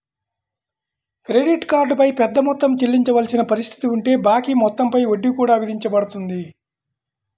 credit card పై పెద్ద మొత్తం చెల్లించవలసిన పరిస్థితి ఉంటే బాకీ మొత్తం పై వడ్డీ కూడా విధించబడుతుంది